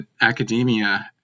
academia